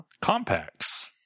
Compacts